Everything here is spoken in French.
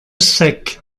sec